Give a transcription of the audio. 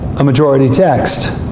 a majority text,